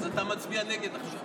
אז אתה מצביע נגד עכשיו.